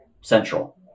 Central